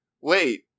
wait